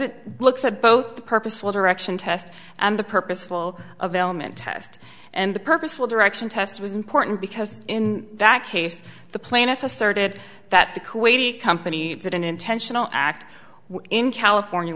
it looks at both purposeful direction test and the purposeful of element test and the purposeful direction test was important because in that case the plaintiff asserted that the kuwaiti companies had an intentional act in california